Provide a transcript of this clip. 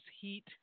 heat